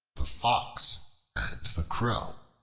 the fox and the crow